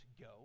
go